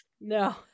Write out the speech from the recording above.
no